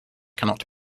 cannot